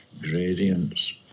gradients